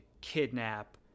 kidnap